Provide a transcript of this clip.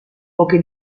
poche